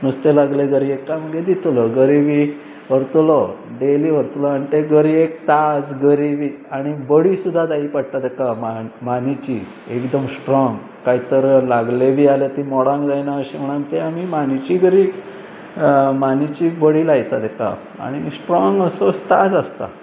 नुस्तें लागलें गरयेक काय मागीर दितलो गरी बी व्हरतलो डेली व्हरतलो आनी ते गरयेक तास गरी बी आनी बडी सुद्दां जाय पडटा ताका मानिची एकदम स्ट्रोंग कांय तर लागलें बी जाल्यार ती मोडांक जायना अशें म्हणून ते आमी मानेची गरी मानिची बडी लायतात हाका आनी स्ट्रोंग असो तास आसता